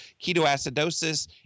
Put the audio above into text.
ketoacidosis